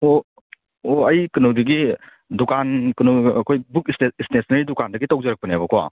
ꯑꯣ ꯑꯣ ꯑꯩ ꯀꯩꯅꯣꯗꯒꯤ ꯗꯨꯀꯥꯟ ꯀꯩꯅꯣ ꯑꯩꯈꯣꯏ ꯕꯨꯛ ꯁ꯭ꯇꯦꯁꯟꯅꯦꯔꯤ ꯗꯨꯀꯥꯟꯗꯒꯤ ꯇꯧꯖꯔꯛꯄꯅꯦꯕꯀꯣ